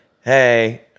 hey